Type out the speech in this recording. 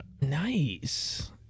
Nice